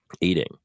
Eating